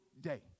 day